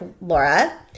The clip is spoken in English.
Laura –